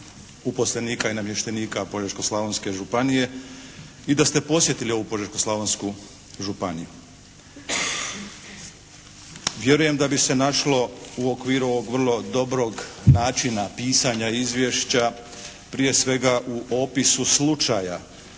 uposlenika i namještenika Požeško-slavonske županije i da ste posjetili ovu Požeško-slavonsku županiju. Vjerujem da bi se našlo u okviru ovog vrlo dobrog načina pisanja izvješća prije svega u opisu slučaja